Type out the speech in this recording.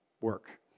work